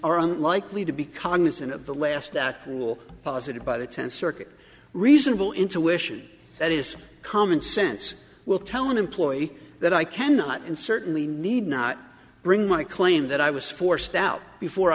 are unlikely to be cognizant of the last that will posited by the tenth circuit reasonable intuition that is common sense will tell an employee that i cannot and certainly need not bring my claim that i was forced out before